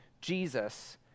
Jesus